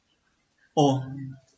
oh